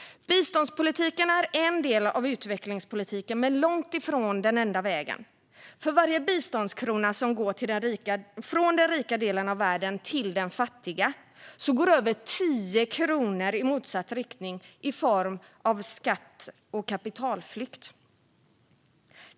Biståndspolitiken är en del av utvecklingspolitiken men långt ifrån den enda vägen. För varje biståndskrona som går från den rika delen av världen till den fattiga går över 10 kronor i motsatt riktning i form av skatte och kapitalflykt.